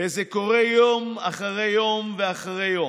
וזה קורה יום אחרי יום אחרי יום ואחרי יום.